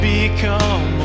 become